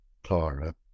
clara